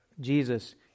Jesus